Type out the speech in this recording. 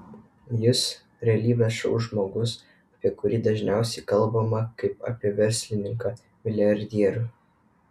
jis realybės šou žmogus apie kurį dažniausiai kalbama kaip apie verslininką milijardierių